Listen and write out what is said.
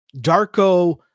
Darko